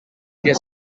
que